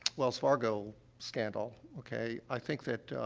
wells fargo scandal, okay, i think that,